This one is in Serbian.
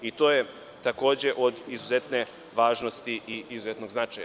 I to je, takođe, od izuzetne važnosti i izuzetnog značaja.